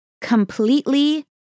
completely